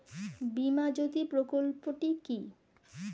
বীমা জ্যোতি প্রকল্পটি কি?